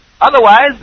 Otherwise